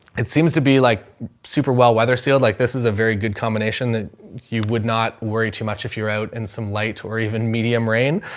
it seems to be like super well weather sealed. like this is a very good combination that you would not worry too much if you're out in some late or even medium rain.